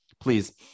please